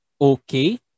okay